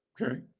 Okay